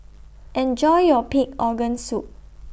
Enjoy your Pig Organ Soup